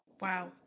Wow